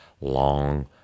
long